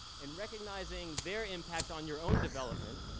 in recognizing their impact on your own development,